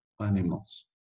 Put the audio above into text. animals